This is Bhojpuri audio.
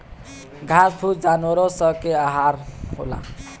घास फूस जानवरो स के आहार होला